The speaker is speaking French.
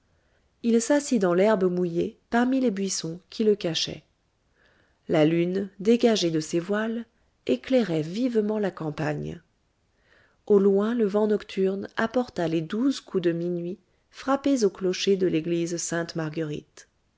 il s'assit dans l'herbe mouillée parmi les buissons qui le cachaient la lune dégagée de ses voiles éclairait vivement la campagne au loin le vent nocturne apporta les douze coups de minuit frappés au clocher de l'église sainte-marguerite